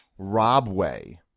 Robway